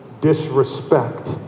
disrespect